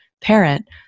parent